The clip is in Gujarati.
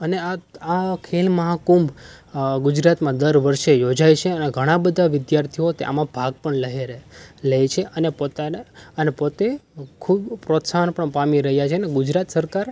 અને આ ખેલ મહાકુંભ ગુજરાતમાં દર વર્ષે યોજાય છે અને ઘણા બધા વિદ્યાર્થીઓ આમાં ભાગ પણ લે છે અને પોતાને અને પોતે ખૂબ પ્રોત્સાહન પણ પામી રહ્યાં છે અને ગુજરાત સરકાર